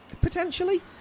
Potentially